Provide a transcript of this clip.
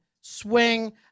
swing